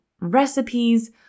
recipes